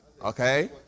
Okay